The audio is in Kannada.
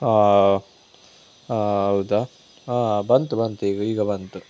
ಹಾಂ ಹಾಂ ಹೌದಾ ಹಾಂ ಬಂತು ಬಂತು ಈಗ ಈಗ ಬಂತು